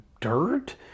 dirt